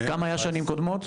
כמה היה בשנים קודמות?